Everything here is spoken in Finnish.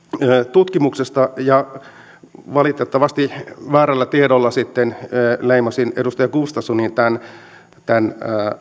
tutkimuksesta ja valitettavasti väärällä tiedolla sitten leimasin edustaja gustafssonin tämän